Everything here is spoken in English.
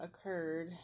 occurred